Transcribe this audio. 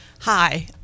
hi